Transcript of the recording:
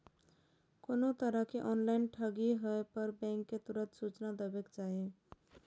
कोनो तरहक ऑनलाइन ठगी होय पर बैंक कें तुरंत सूचना देबाक चाही